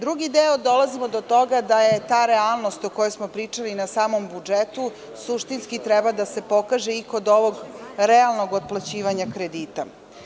Drugi deo, dolazimo do toga da ta realnost, o kojoj smo pričali, suštinski treba da se pokaže kod ovog realnog otplaćivanja kredita.